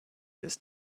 this